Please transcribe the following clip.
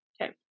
okay